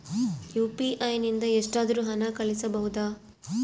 UPI ನಿಂದ ಎಷ್ಟಾದರೂ ಹಣ ಕಳಿಸಬಹುದಾ?